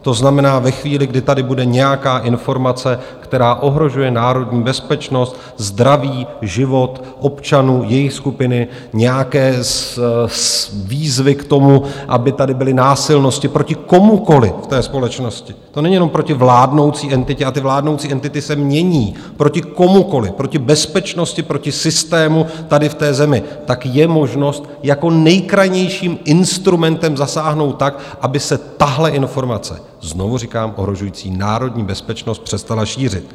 To znamená, ve chvíli, kdy tady bude nějaká informace, která ohrožuje národní bezpečnost, zdraví, život občanů, jejich skupiny, nějaké výzvy k tomu, aby tady byly násilnosti proti komukoliv ve společnosti to není jenom proti vládnoucí entitě, ty vládnoucí entity se mění proti komukoliv, proti bezpečnosti, proti systému tady v té zemi tak je možnost jako nejkrajnějším instrumentem zasáhnout tak, aby se tahle informace znovu říkám ohrožující národní bezpečnost přestala šířit.